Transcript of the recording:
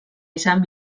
izan